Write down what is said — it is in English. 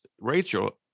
Rachel